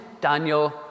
Daniel